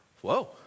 Whoa